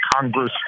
Congress